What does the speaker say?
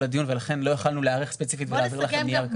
לדיון ולכן לא יכולנו להיערך ספציפית להעביר לכם נייר כתוב.